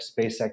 SpaceX